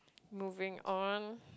moving on